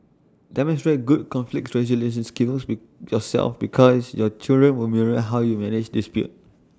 demonstrate good conflict resolution skills be yourself because your children will mirror how you manage dispute